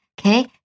Okay